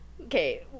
okay